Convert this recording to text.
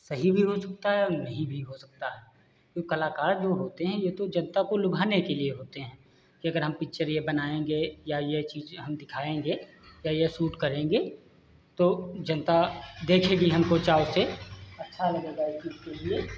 सही भी हो सकता है और नहीं भी हो सकता है कलाकार जो होते हैं यह तो जनता को लुभाने के लिए होते हैं कि अगर हम पिक्चर यह बनाएँगे या यह चीज़ हम दिखाएँगे या यह शूट करेंगे तो जनता देखेगी हमको चाव से अच्छा लगेगा इस चीज़ के लिए